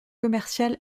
commercial